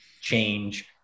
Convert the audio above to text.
change